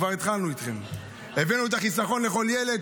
כבר התחלנו איתכם: הבאנו חיסכון לכל ילד,